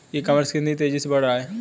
ई commerce कितनी तेजी से बढ़ रहा है?